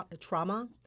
trauma